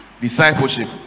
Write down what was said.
Discipleship